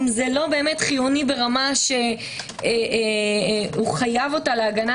אם זה לא באמת חיוני ברמה שהוא חייב אותה להגנה